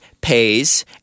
pays